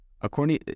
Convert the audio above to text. According